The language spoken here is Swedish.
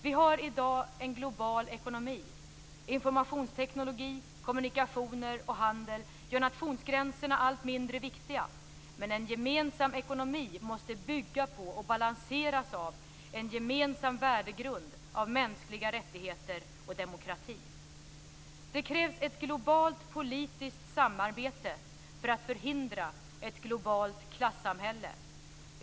Vi har i dag en global ekonomi; informationsteknologi, kommunikationer och handel gör nationsgränserna allt mindre viktiga. Men en gemensam ekonomi måste bygga på och balanseras av en gemensam värdegrund av mänskliga rättigheter och demokrati. Det krävs ett globalt politiskt samarbete för att förhindra ett globalt klassamhälle.